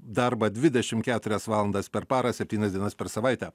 darbą dvidešim keturias valandas per parą septynias dienas per savaitę